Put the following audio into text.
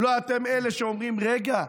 לא אתם אלה שאומרים: רגע,